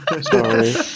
Sorry